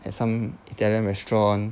at some italian restaurant